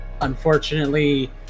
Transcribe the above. unfortunately